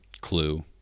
clue